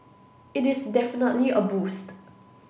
it is definitely a boost